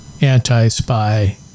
anti-spy